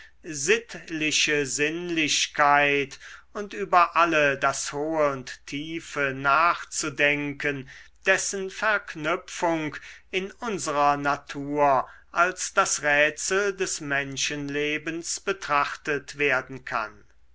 sittliche sinnlichkeit und über alle das hohe und tiefe nachzudenken dessen verknüpfung in unserer natur als das rätsel des menschenlebens betrachtet werden kann